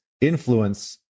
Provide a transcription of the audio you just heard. influence